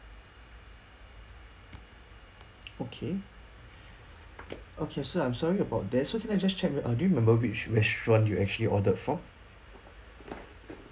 okay okay so I'm sorry about that so can I just check with uh do you remember which restaurant you actually ordered from